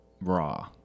raw